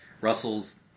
Russell's